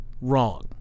wrong